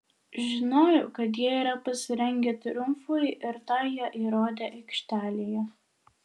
žinojau kad jie yra pasirengę triumfui ir tą jie įrodė aikštelėje